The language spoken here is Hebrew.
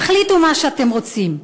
תחליטו מה שאתם רוצים.